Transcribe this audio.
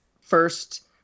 first